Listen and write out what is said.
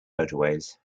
motorways